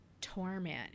torment